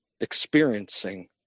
experiencing